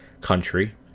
country